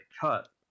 cut